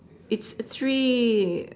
it's a tree